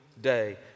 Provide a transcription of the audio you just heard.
day